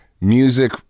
music